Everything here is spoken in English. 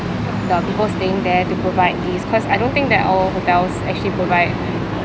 the people staying there to provide these because I don't think that all hotels actually provide